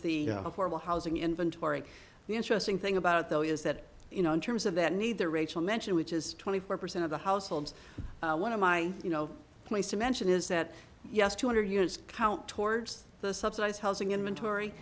the horrible housing inventory the interesting thing about though is that you know in terms of that neither rachel mentioned which is twenty four percent of the households one of my you know place to mention is that yes two hundred units count towards the subsidized housing inventor